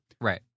Right